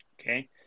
okay